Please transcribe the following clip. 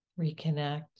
reconnect